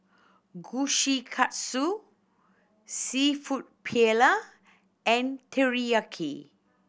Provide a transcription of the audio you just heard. Kushikatsu Seafood Paella and Teriyaki